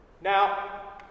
Now